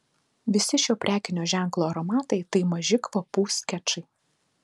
visi šio prekinio ženklo aromatai tai maži kvapų skečai